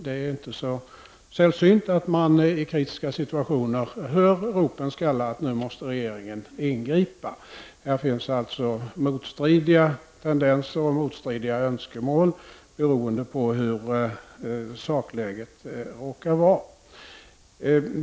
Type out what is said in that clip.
Det är inte så sällsynt att man i kritiska situationer hör ropen skalla om att regeringen måste ingripa. Det finns motstridiga tendenser och motstridiga önskemål i dessa sammanhang beroende på det rådande sakläget.